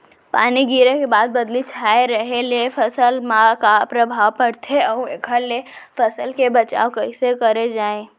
पानी गिरे के बाद बदली छाये रहे ले फसल मा का प्रभाव पड़थे अऊ एखर ले फसल के बचाव कइसे करे जाये?